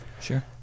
Sure